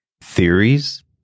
theories